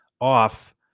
off